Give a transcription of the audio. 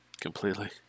Completely